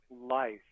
life